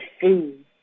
food